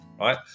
right